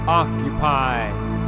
occupies